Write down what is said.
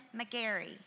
McGarry